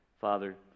Father